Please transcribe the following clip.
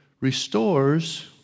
restores